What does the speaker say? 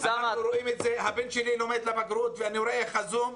הבן שלי לומד לבגרות דרך הזום,